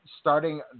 starting